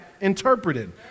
interpreted